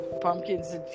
Pumpkins